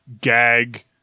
gag